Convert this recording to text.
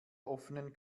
offenen